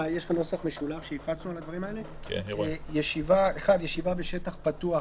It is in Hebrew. (1) ישיבה בשטח פתוח